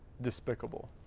despicable